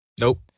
Nope